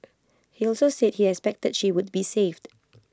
he also said he expected she would be saved